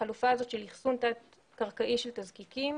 החלופה הזאת של אחסון תת-קרקעי של תזקיקים,